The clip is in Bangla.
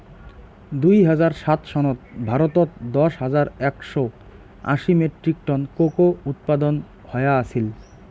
দুই হাজার সাত সনত ভারতত দশ হাজার একশও আশি মেট্রিক টন কোকো উৎপাদন হয়া আছিল